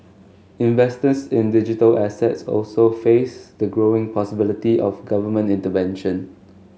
investors in digital assets also face the growing possibility of government intervention